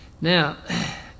Now